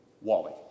Wally